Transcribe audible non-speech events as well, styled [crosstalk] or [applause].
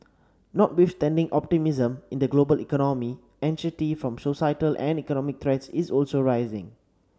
notwithstanding optimism in the global economy [unintelligible] from societal and economic threats is also rising